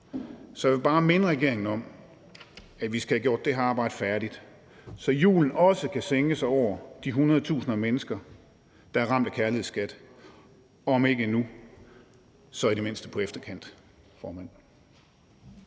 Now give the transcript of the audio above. Så jeg vil bare minde regeringen om, at vi skal have gjort det her arbejde færdigt, så julen også kan sænke sig over de hundredtusinder af mennesker, der er ramt af kærlighedsskat – og om ikke nu, så i det mindste på efterkant. Tak, formand.